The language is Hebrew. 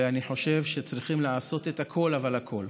ואני חושב שצריכים לעשות את הכול, אבל הכול,